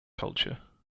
culture